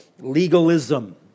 legalism